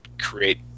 create